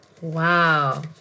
Wow